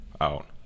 out